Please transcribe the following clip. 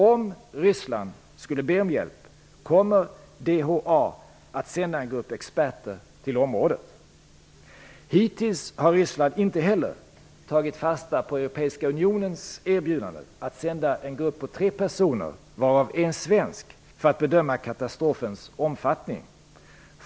Om Ryssland skulle be om hjälp kommer DHA att sända en grupp experter till området. Hittills har Ryssland inte heller tagit fasta på EU:s erbjudande att sända en grupp på tre personer - varav en svensk - för att bedöma katastrofens omfattning.